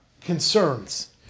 concerns